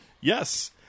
Yes